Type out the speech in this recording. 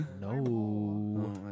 no